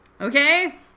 Okay